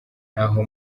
ntaho